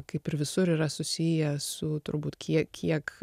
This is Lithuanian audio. kaip ir visur yra susiję su turbūt kiek kiek